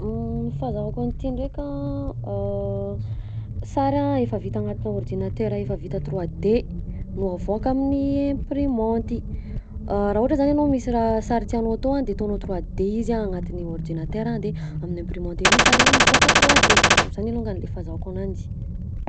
Fahazahoako an'ity ndraika: sary a efa vita agnatinà ordinatera efa vita 3D no avoaka amin'ny imprimanty, raha ohatra zany ianao misy raha sary tianao atao a de ataonao 3D izy a agnatin'ny ordinatera de amin'ny imprimante ery sary igny mivoaka 3D, zany alongany le fahazahoako ananjy.